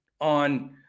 on